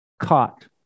caught